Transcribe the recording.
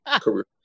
career